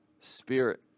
spirit